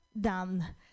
Done